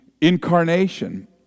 incarnation